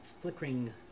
flickering